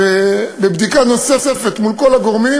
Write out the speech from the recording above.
בבדיקה נוספת מול כל הגורמים,